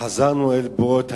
"חזרנו אל בורות המים,